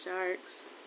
sharks